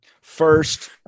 First